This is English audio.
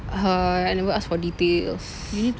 uh I never ask for details